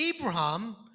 Abraham